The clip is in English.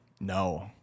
no